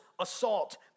assault